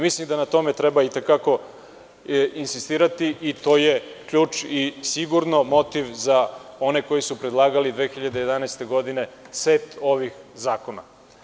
Mislim da na tome treba itekako insistirati i to je ključ i sigurno motiv za one koji su predlagali 2011. godine set ovih zakona.